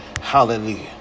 Hallelujah